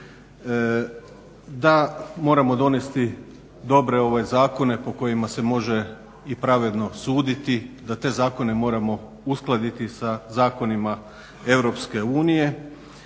da moramo donijeti dobre zakone po kojima se može i pravedno suditi, da te zakone moramo uskladiti sa zakonima EU i